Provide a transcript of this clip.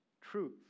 truth